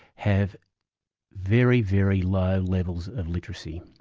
have very, very low levels of literacy.